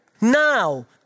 Now